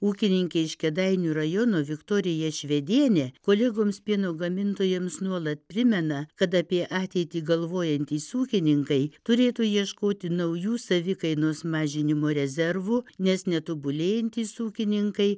ūkininkė iš kėdainių rajono viktorija švedienė kolegoms pieno gamintojams nuolat primena kad apie ateitį galvojantys ūkininkai turėtų ieškoti naujų savikainos mažinimo rezervų nes netobulėjantys ūkininkai